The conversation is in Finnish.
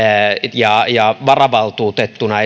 ja ja varavaltuutettuna